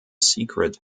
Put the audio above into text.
secret